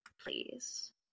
Please